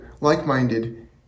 like-minded